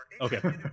Okay